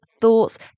thoughts